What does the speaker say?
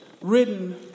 written